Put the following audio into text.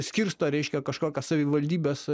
skirsto reiškia kažkokias savivaldybes